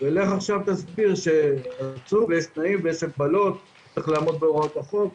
לך תסביר עכשיו שיש תנאים ויש מגבלות וצריך לעמוד בהוראות החוק,